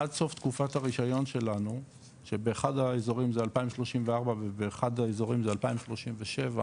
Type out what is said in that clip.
עד סוף תקופת הרישיון שלנו שבאחד האזורים זה 2034 ואחד האזורים זה2037,